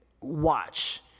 watch